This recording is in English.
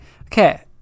Okay